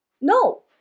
No